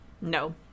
No